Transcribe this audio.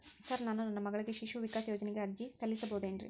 Sir ನಾನು ನನ್ನ ಮಗಳಿಗೆ ಶಿಶು ವಿಕಾಸ್ ಯೋಜನೆಗೆ ಅರ್ಜಿ ಸಲ್ಲಿಸಬಹುದೇನ್ರಿ?